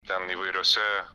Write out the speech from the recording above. ten įvairiose